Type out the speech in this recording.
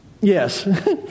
yes